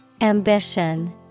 Ambition